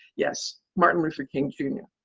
yes, martin luther king, jr.